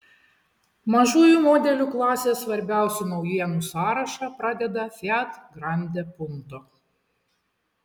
mažųjų modelių klasės svarbiausių naujienų sąrašą pradeda fiat grande punto